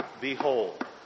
behold